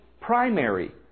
primary